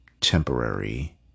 temporary